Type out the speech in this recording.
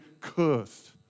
cursed